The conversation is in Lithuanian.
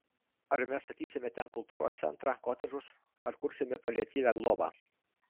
ar mes statysime ten kultūros centrą kotedžus ar kursime paliatyvią globą